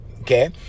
okay